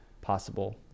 possible